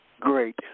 Great